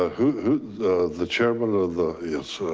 ah who's the chairman of the. yes, sir,